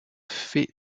fait